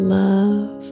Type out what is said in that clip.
love